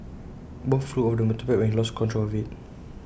both flew off the motorbike when he lost control of IT